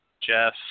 Jeff